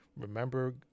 Remember